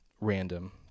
random